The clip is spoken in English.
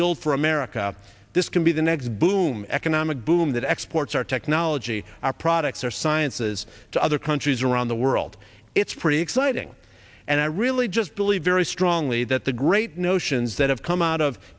build for america this can be the next boom economic boom that exports our technology our products or sciences to other countries around the world it's pretty exciting and i really just believe very strongly that the grow great notions that have come out of